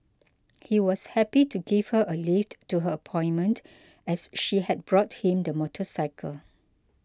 he was happy to give her a lift to her appointment as she had bought him the motorcycle